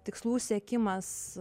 tikslų siekimas